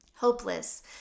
hopeless